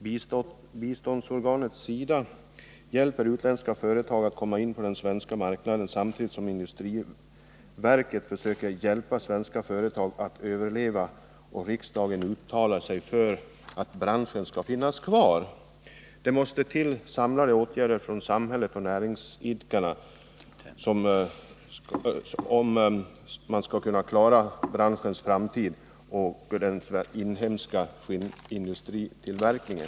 Biståndsorganet SIDA hjälper utländska företag att komma in på den svenska marknaden, samtidigt som industriverket försöker hjälpa svenska företag att överleva och riksdagen uttalar sig för att branschen skall finnas kvar. Det måste till samlade åtgärder från samhällets och näringsidkarnas sida, om man skall kunna klara branschens framtid och den inhemska skinntillverkningen.